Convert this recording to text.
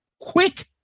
quick